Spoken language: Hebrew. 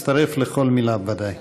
מצטרף לכל מילה, בוודאי.